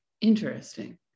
interesting